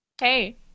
Hey